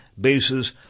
bases